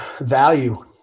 value